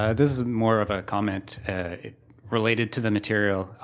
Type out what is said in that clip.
and this is more of a comment related to the material.